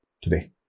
today